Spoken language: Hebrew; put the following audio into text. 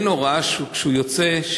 אין הוראה שכשהוא יוצא,